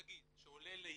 נגיד, שעולה לעיתון.